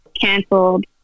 canceled